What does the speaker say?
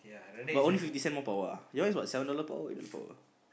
but only fifty cent more per hour ah your one is what seven dollar per hour or eight per hour